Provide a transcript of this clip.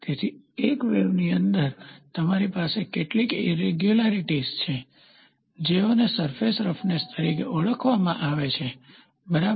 તેથી એક વેવની અંદર તમારી પાસે કેટલીક ઈરેગ્યુલારીટીઝ છે જેઓને સરફેસ રફનેસ તરીકે ઓળખવામાં આવે છે બરાબર